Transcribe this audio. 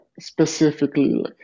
specifically